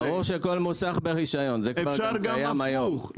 ברור שכל מוסך ברישיון, זה כבר קיים היום.